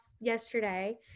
yesterday